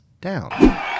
down